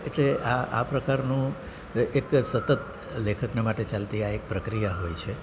એટલે આ આ પ્રકારનું એક સતત લેખકના માટે ચાલતી આ એક પ્રક્રિયા હોય છે